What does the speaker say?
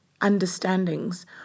understandings